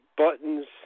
buttons